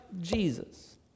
Jesus